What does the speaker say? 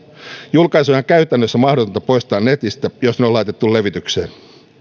julkaisuja on käytännössä mahdotonta poistaa netistä jos ne on laitettu levitykseen